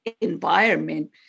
environment